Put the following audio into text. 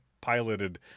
piloted